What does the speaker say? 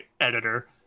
editor